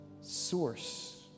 source